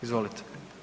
Izvolite.